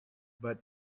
but